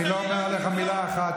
אני לא אומר עליך מילה אחת,